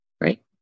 right